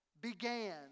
began